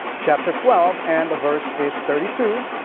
chapter twelve and the verse is thirty two.